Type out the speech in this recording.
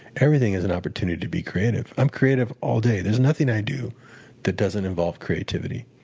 everything is an opportunity to be creative. i'm creative all day. there's nothing i do that doesn't involve creativity,